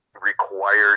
required